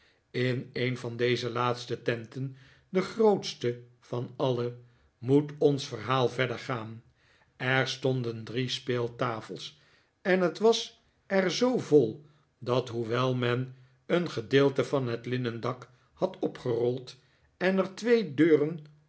in een van deze laatste tenten de grootste van alle moet ons verhaal verder gaan er stonden drie speeltafels en het was er zoo vol dat hoewel men een gedeelte van het linnen dak had opgerold en er twee deuren